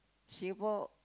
Singapore